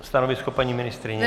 Stanovisko paní ministryně?